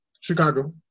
Chicago